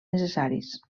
necessaris